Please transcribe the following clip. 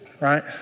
right